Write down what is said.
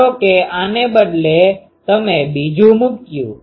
ધારો કે આને બદલે તમે બીજું મૂક્યું